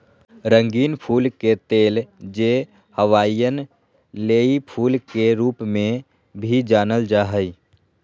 रंगीन फूल के तेल, जे हवाईयन लेई फूल के रूप में भी जानल जा हइ